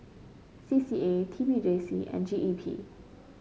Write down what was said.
C C A T P J C and G E P